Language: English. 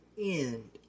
end